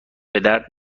بدرد